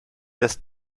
das